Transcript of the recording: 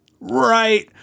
right